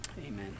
amen